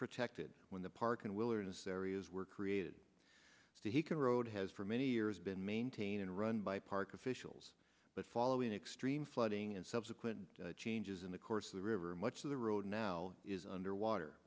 protected when the park and wilderness areas were created to he can road has for many years been maintained and run by park officials but following extreme flooding and subsequent changes in the course of the river much of the road now is under water